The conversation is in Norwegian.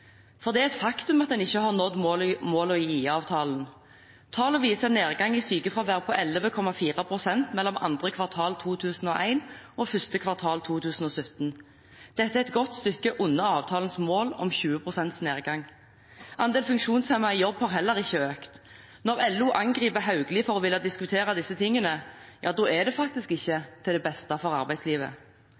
For det er et faktum at en ikke har nådd målene i IA-avtalen. Tallene viser en nedgang i sykefraværet på 11,4 pst. mellom 2. kvartal 2001 og 1. kvartal 2017. Dette er et godt stykke under avtalens mål om 20 pst. nedgang. Andelen funksjonshemmede i jobb har heller ikke økt. Når LO angriper statsråd Hauglie for å ville diskutere disse tingene, er det faktisk ikke til det beste for arbeidslivet.